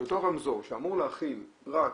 שאותו רמזור שאמור להכיל רק